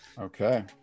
okay